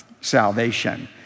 salvation